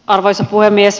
arvoisa puhemies